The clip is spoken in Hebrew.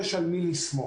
יש על מי לסמוך.